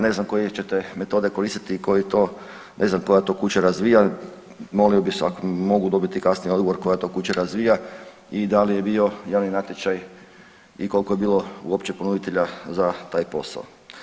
Ne znam koje ćete metode koristiti i koji to, ne znam koja to kuća razvija, molio bi ako mogu dobiti kasnije odgovor koja to kuća razvija i da li je bio javni natječaj i koliko je bilo uopće ponuditelja za taj posao.